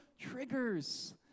triggers